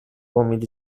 امید